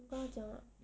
你跟她讲 ah